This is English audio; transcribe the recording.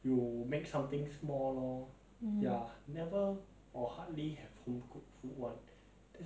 是 maid 然后 uh 她会做得很快 because she want to finish it as quickly as possible